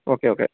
okay okay